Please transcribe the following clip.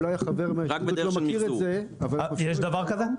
אולי החבר מהתאחדות לא מכיר את זה --- יש דבר כזה?